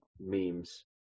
memes